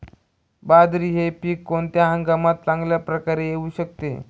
बाजरी हे पीक कोणत्या हंगामात चांगल्या प्रकारे येऊ शकते?